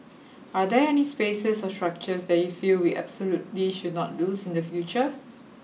are there any spaces or structures that you feel we absolutely should not lose in the future